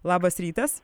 labas rytas